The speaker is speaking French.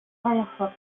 firefox